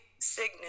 Signet